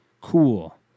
Cool